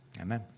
Amen